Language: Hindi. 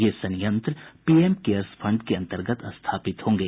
ये संयंत्र पीएम केयर्स फंड के अंतर्गत स्थापित होंगे